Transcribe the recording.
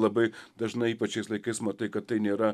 labai dažnai ypač šiais laikais matai kad tai nėra